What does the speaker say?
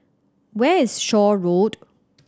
where is Shaw Road